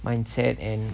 mindset and